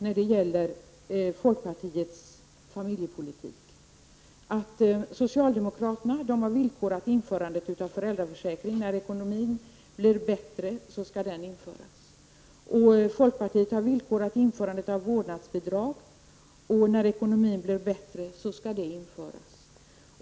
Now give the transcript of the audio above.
När det gäller folkpartiets familjepolitik är läget följande: Socialdemokraterna har villkorat införandet av föräldraförsäkringen -- när ekonomin blir bättre skall föräldraförsäkringen införas. Och folkpartiet har villkorat införandet av vårdnadsbidrag -- när ekonomin blir bättre skall vårdnadsbidrag införas.